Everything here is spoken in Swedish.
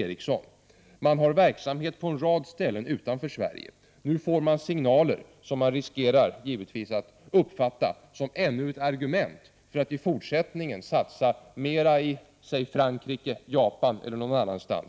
Dessa företag har verksamhet på en rad olika platser utanför Sverige. Nu kommer signaler som — för den risken finns — kan uppfattas som ännu ett argument för fortsatta satsningar i t.ex. Frankrike eller Japan — alltså